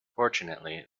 fortunately